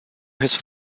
his